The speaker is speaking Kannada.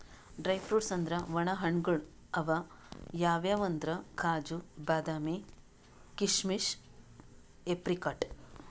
ಡ್ರೈ ಫ್ರುಟ್ಸ್ ಅಂದ್ರ ವಣ ಹಣ್ಣ್ಗಳ್ ಅವ್ ಯಾವ್ಯಾವ್ ಅಂದ್ರ್ ಕಾಜು, ಬಾದಾಮಿ, ಕೀಶಮಿಶ್, ಏಪ್ರಿಕಾಟ್